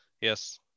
yes